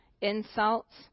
insults